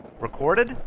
Recorded